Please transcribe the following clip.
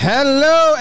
Hello